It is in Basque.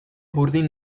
burdin